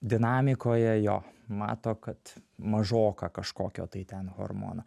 dinamikoje jo mato kad mažoka kažkokio tai ten hormono